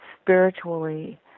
spiritually